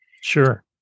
Sure